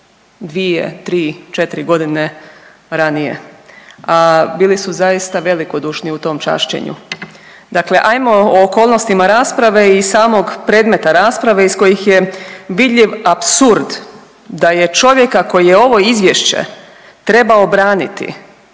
2, 3, 4 godine ranije, a bili su zaista velikodušni u tom čašćenju. Dakle, ajmo o okolnostima rasprave i samog predmeta rasprave iz kojih je vidljiv apsurd da je čovjeka koji je ovo izvješće trebao braniti